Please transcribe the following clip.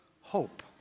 hope